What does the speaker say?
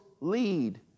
lead